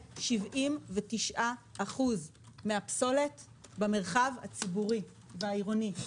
79% מהפסולת במרחב הציבורי והעירוני,